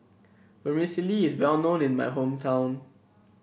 Vermicelli is well known in my hometown